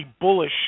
bullish